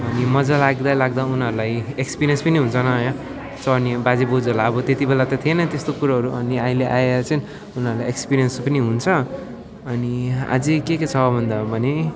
अनि मजा लाग्दा लाग्दा उनीहरूलाई एक्स्पेरिएन्स पनि हुन्छ नयाँ सो अनि बाजे बोजूहरूलाई अब त्यति बेला त थिएन त्यस्तो कुरोहरू अनि अहिले आएर चाहिँ उनीहरूलाई एक्स्पेरियन्स पनि हुन्छ अनि अझै के के छ भन्दा भने नि